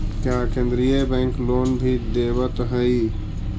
क्या केन्द्रीय bank loan भी देवत हैं